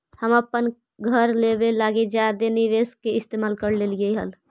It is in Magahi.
हम अपन घर लेबे लागी जादे निवेश के इस्तेमाल कर लेलीअई हल